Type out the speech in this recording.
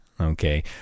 Okay